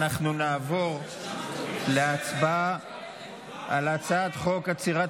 אנחנו נעבור להצבעה על הצעת חוק עצירת